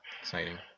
Exciting